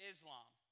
Islam